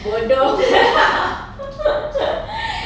bodoh